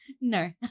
No